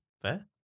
fair